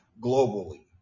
globally